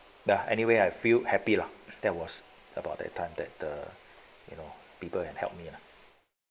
ya anyway I feel happy lah that was about the time that the you know people and help me lah